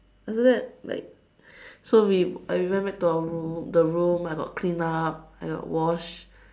after that like so we I we went back to our room the room I got cleaned up I got washed